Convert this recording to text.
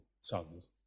sons